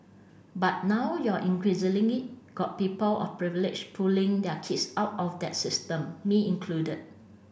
but now you're increasingly got people of privilege pulling their kids out of that system me included